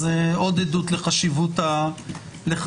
אז זו עוד עדות לחשיבות המהלך.